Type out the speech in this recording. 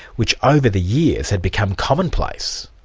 which over the years had become commonplace.